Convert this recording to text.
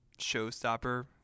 showstopper